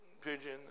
pigeon